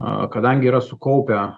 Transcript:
kadangi yra sukaupę